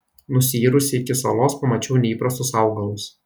nusiyrusi iki salos pamačiau neįprastus augalus